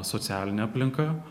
socialinė aplinka